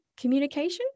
communication